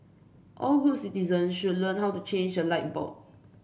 all good citizen should learn how to change a light bulb